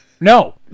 No